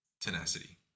Tenacity